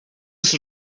oes